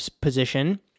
position